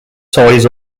toys